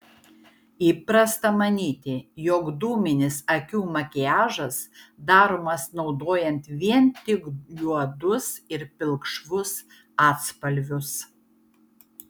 įprasta manyti jog dūminis akių makiažas daromas naudojant vien tik juodus ir pilkšvus atspalvius